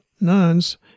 nuns